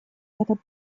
этот